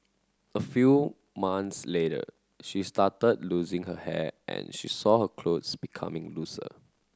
a few months later she started losing her hair and she saw her clothes becoming looser